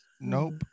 Nope